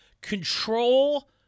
Control